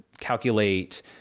calculate